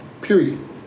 Period